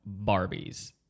Barbies